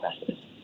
investors